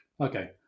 Okay